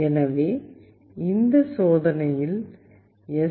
எனவே இந்த சோதனையில் எஸ்